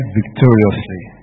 victoriously